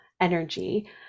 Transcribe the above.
energy